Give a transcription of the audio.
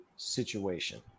situation